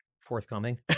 forthcoming